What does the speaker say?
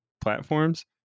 platforms